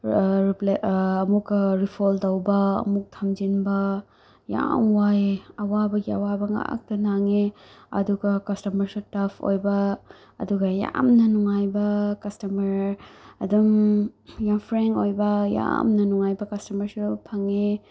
ꯑꯃꯨꯀꯀ ꯔꯤꯐꯣꯜ ꯇꯧꯕ ꯑꯃꯨꯛ ꯊꯥꯡꯖꯤꯟꯕ ꯌꯥꯝ ꯋꯥꯏꯑꯦ ꯑꯋꯥꯕꯒꯤ ꯑꯋꯥꯕ ꯉꯥꯛꯇ ꯅꯪꯉꯦ ꯑꯗꯨꯒ ꯀꯁꯇꯃꯔꯁꯨ ꯇꯥꯐ ꯑꯣꯏꯕ ꯑꯗꯨꯒ ꯌꯥꯝꯅ ꯅꯨꯡꯉꯥꯏꯕ ꯀꯁꯇꯃꯔ ꯑꯗꯨꯝ ꯌꯥꯝ ꯐ꯭ꯔꯦꯟꯀ ꯑꯣꯏꯕ ꯌꯥꯥꯝꯅ ꯅꯨꯡꯉꯥꯏꯕ ꯀꯁꯇꯃꯔꯁꯨ ꯐꯪꯉꯦ